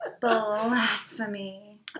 blasphemy